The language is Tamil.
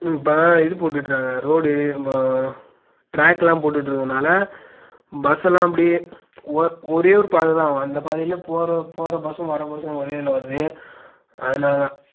ம் இப்போதான் இது போட்டுட்டு இருக்கிறாங்க ரோடு அப்பறம் ட்ராக்லாம் போட்டுட்டு இருக்கிறனால பஸ்சுலாம் அப்படியே ஒரே ஒரு பாதை தான் அந்த பாதைலேயே போகிற போகிற பஸ்சும் வர பஸ்சும் ஒரே இதில் வருகுது அதனாலதான்